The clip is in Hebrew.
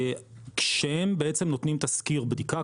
כשהם בעצם נותנים תזכיר בדיקה,